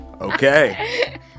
Okay